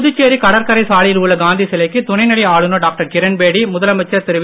புதுச்சேரி கடற்கரை சாலையில் உள்ள காந்தி சிலைக்கு துணைநிலை ஆளுநர் டாக்டர் கிரண்பேடி முதலமைச்சர் திரு வி